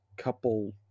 couple